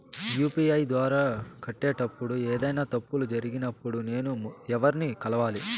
UPI ద్వారా కట్టేటప్పుడు ఏదైనా తప్పులు జరిగినప్పుడు నేను ఎవర్ని కలవాలి?